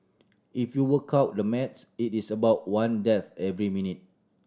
if you work out the maths it is about one death every minute